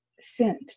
sent